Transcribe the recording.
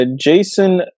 Jason